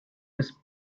with